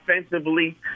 offensively